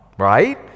Right